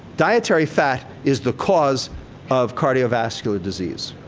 dietary fat is the cause of cardiovascular disease.